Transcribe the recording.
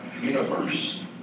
universe